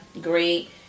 great